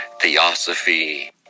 theosophy